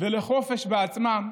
ולחופש בעצמם.